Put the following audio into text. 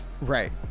right